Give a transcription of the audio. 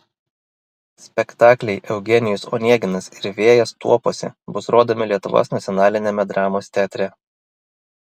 spektakliai eugenijus oneginas ir vėjas tuopose bus rodomi lietuvos nacionaliniame dramos teatre